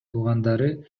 туугандары